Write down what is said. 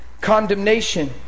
Condemnation